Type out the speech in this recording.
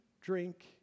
drink